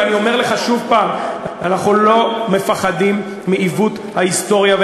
ואני אומר לך שוב: אנחנו לא מפחדים מעיוות ההיסטוריה,